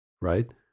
right